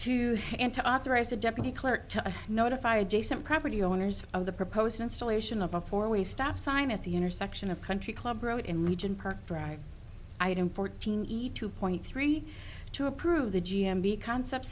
to and to authorize the deputy clerk to notify adjacent property owners of the proposed installation of a four way stop sign at the intersection of country club road in regent park drive item fourteen eat two point three two approve the g m b concept